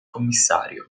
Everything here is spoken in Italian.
commissario